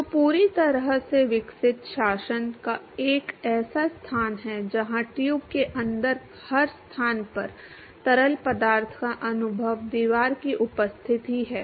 तो पूरी तरह से विकसित शासन एक ऐसा स्थान है जहां ट्यूब के अंदर हर स्थान पर तरल पदार्थ का अनुभव दीवार की उपस्थिति है